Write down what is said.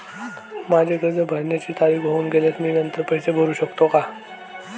माझे कर्ज भरण्याची तारीख होऊन गेल्यास मी नंतर पैसे भरू शकतो का?